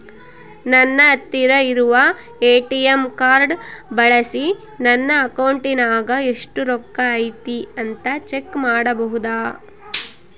ನನ್ನ ಹತ್ತಿರ ಇರುವ ಎ.ಟಿ.ಎಂ ಕಾರ್ಡ್ ಬಳಿಸಿ ನನ್ನ ಅಕೌಂಟಿನಾಗ ಎಷ್ಟು ರೊಕ್ಕ ಐತಿ ಅಂತಾ ಚೆಕ್ ಮಾಡಬಹುದಾ?